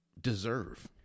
deserve